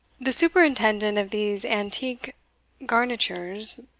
the superintendent of these antique garnitures,